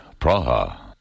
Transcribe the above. Praha